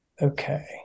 Okay